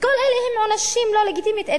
וכל אלה הם עונשים לא לגיטימיים.